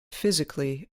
physically